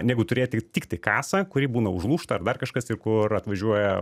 negu turėti tiktai kasą kuri būna užlūžta ar dar kažkas ir kur atvažiuoja